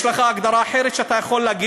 אתה לא מתלהב.